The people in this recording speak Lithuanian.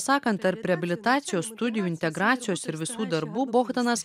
sakant ar reabilitacijos studijų integracijos ir visų darbų bogdanas